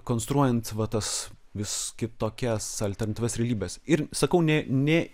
konstruojant va tas vis kitokias alternatyvias realybes ir sakau ne ne